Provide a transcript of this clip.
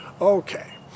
okay